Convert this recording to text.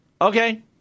Okay